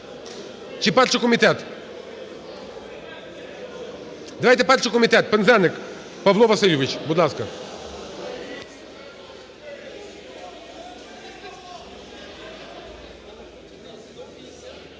Чи спершу комітет? Давайте спершу комітет. Пинзеник Павло Васильович, будь ласка.